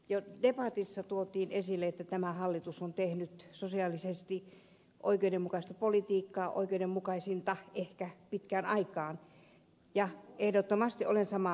jo debatissa tuotiin esille että tämä hallitus on tehnyt sosiaalisesti oikeudenmukaista politiikkaa oikeudenmukaisinta ehkä pitkään aikaan ja ehdottomasti olen samaa mieltä